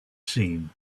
seen